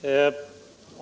Herr talman!